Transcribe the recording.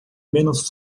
menos